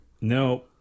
No